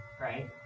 right